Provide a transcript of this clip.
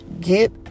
get